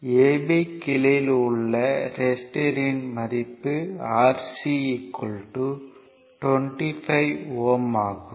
ab கிளையில் உள்ள ரெசிஸ்டன்ஸ்யின் மதிப்பு Rc 25 Ω ஆகும்